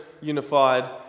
unified